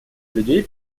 людей